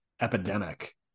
epidemic